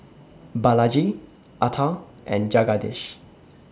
Balaji Atal and Jagadish